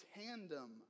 tandem